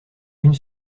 une